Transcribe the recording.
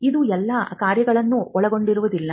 ಇದು ಎಲ್ಲಾ ಕಾರ್ಯಗಳನ್ನು ಒಳಗೊಂಡಿರುವುದಿಲ್ಲ